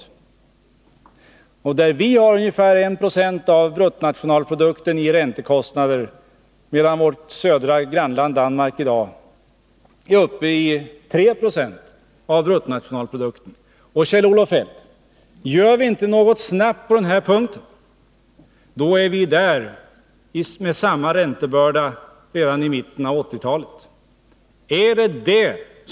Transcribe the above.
Vi har räntekostnader som motsvarar ungefär 1 90 av bruttonationalprodukten, medan vårt södra grannland Danmark i dag är uppe i 3 20 av bruttonationalprodukten. Och om vi inte, Kjell-Olof Feldt, snabbt gör någonting på denna punkt, kommer vi redan i mitten av 1980-talet att ha samma räntebörda som Danmark.